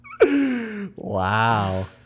Wow